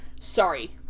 Sorry